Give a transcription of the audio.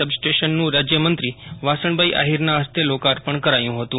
સબ સ્ટેશનનું રાજ્યમંત્રીશ્રી વાસણભાઇ આહિરના ફસ્તે લોકાર્પણ કરાયું હતું